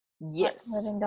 Yes